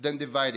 than dividing us.